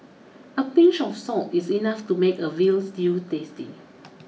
a pinch of salt is enough to make a veal stew tasty